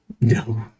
No